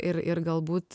ir ir galbūt